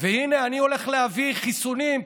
והינה אני הולך להביא חיסונים.